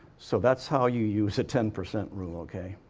so, that's how you use the ten percent rule, okay.